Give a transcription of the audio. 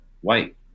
white